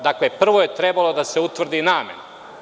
Dakle, prvo je trebala da se utvrdi namena.